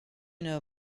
know